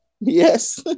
Yes